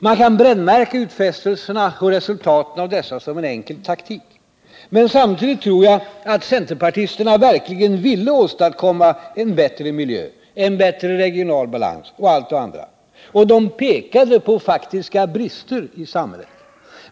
Man kan brännmärka utfästelserna och resultaten av dessa som enkel taktik. Men samtidigt tror jag att centerpartisterna verkligen ville åstadkomma en bättre miljö, en bättre regional balans och allt det andra. Och de pekade på faktiska brister i samhället.